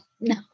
no